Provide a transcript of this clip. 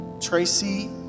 Tracy